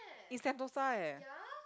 in sentosa eh